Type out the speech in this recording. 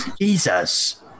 Jesus